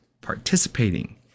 participating